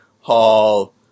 Hall